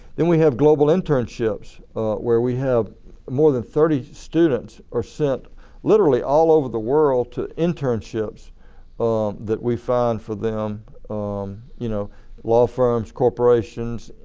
we have global internships where we have more than thirty students are sent literally all over the world to internships that we find for them you know law firms, corporations,